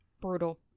Brutal